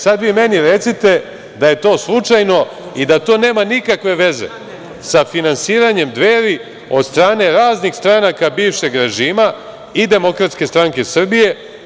Sada vi meni recite da je to slučajno i da to nema nikakve veze sa finansiranjem Dveri od strane raznih stranaka bivšeg režima i DSS i DS.